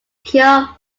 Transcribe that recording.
cure